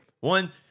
One